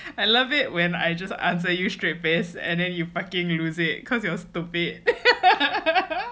I love it when I just answer you straight face and then you fucking you lose it cause it was stupid